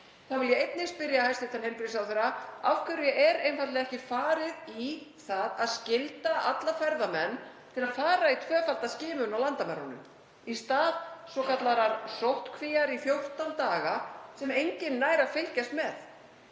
Þá vil ég einnig spyrja hæstv. heilbrigðisráðherra: Af hverju er einfaldlega ekki farið í það að skylda alla ferðamenn til að fara í tvöfalda skimun á landamærunum í stað svokallaðrar sóttkvíar í 14 daga sem enginn nær að fylgjast með,